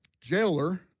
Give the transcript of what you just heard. jailer